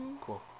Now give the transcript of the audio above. cool